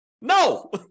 No